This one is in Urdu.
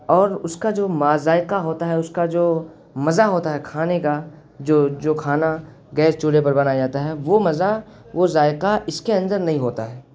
اور اس کا جو ما ذائقہ ہوتا ہے اس کا جو مزہ ہوتا ہے کھانے کا جو جو کھانا گیس چولھے پر بنایا جاتا ہے وہ مزہ وہ ذائقہ اس کے اندر نہیں ہوتا ہے